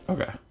Okay